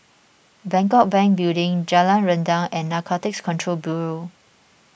Bangkok Bank Building Jalan Rendang and Narcotics Control Bureau